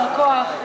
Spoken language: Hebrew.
יישר כוח.